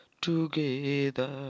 TOGETHER